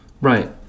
Right